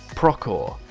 procor,